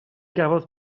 gafodd